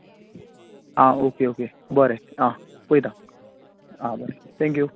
आं okay okay बरें आं पळयतां आं थॅंक यू